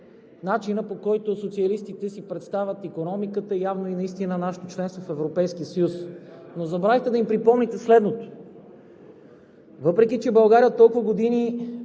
начина, по който социалистите си представят икономиката, явно и наистина нашето членство в Европейския съюз, но забравихте да им припомните следното: Въпреки че България от толкова години